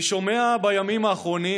אני שומע בימים האחרונים,